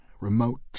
remote